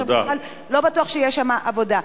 עכשיו בכלל לא בטוח שתהיה שם עבודה.